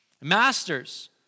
Masters